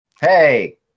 Hey